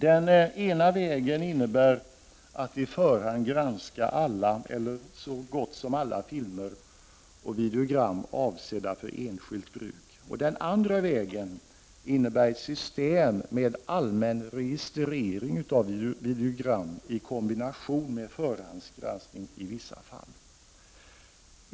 Den ena vägen innebär att man i förhand granskar alla, eller så gott som alla, filmer och videogram avsedda för enskilt bruk. Den andra vägen innebär ett system med allmän registrering av videogram i kombination med förhandsgranskning i vissa fall.